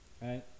Right